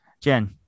Jen